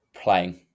playing